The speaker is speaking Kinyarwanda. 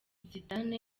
zidane